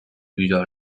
بیدار